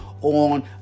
on